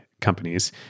companies